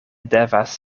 devas